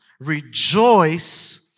Rejoice